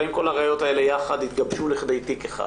האם כל הראיות האלה יחד התגבשו לכדי תיק אחד?